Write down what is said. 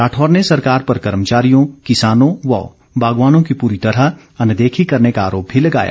राठौर ने सरकार पर कर्मचारियों किसानों व बागवानों की पूरी तरह अनदेखी करने का आरोप भी लगाया